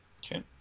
Okay